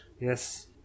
Yes